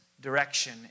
direction